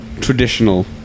traditional